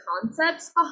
concepts